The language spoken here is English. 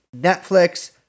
Netflix